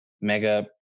Mega